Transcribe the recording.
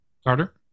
starter